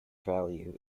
value